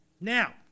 Now